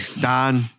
Don